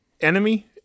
enemy